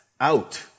out